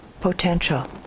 potential